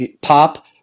pop